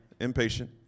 impatient